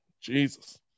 Jesus